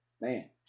Man